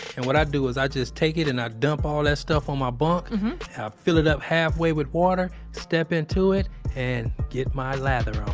and what i do is i just take it and i dump all that ah stuff on my bunk i fill it up halfway with water, step into it and get my lather on.